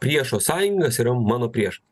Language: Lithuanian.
priešo sąjingas yra mano priešas